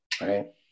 right